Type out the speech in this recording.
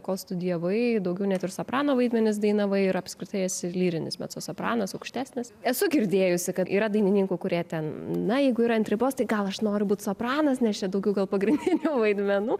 kol studijavai daugiau net ir soprano vaidmenis dainavai ir apskritai esi lyrinis mecosopranas aukštesnis esu girdėjusi kad yra dainininkų kurie ten na jeigu yra ant ribos tai gal aš noriu būt sopranas nes čia daugiau gal pagrindinių vaidmenų